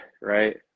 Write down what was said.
right